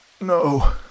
No